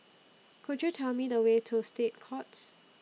Could YOU Tell Me The Way to State Courts